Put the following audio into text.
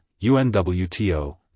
UNWTO